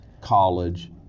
college—